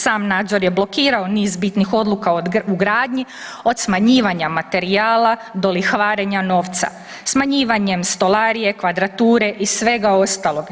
Sam nadzor je blokirao niz bitnih odluka u gradnji od smanjivanja materijala, do lihvarenja novca smanjivanjem stolarije, kvadrature i svega ostalog.